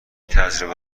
تجربه